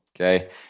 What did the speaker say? Okay